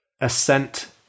ascent